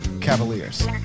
Cavaliers